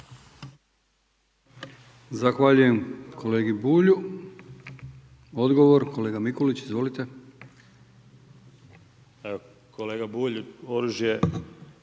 Zahvaljujem kolegi Bulju. Odgovor kolega Mikulić izvolite. **Mikulić, Domagoj